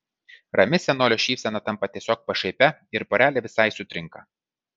rami senolio šypsena tampa tiesiog pašaipia ir porelė visai sutrinka